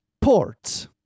Ports